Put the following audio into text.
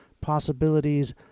possibilities